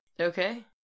Okay